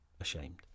ashamed